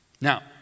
Now